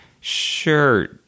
Sure